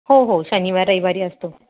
हो हो शनिवार रविवारी असतो